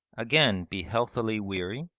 again be healthily weary,